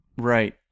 Right